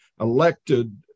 elected